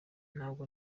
ntabwo